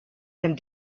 and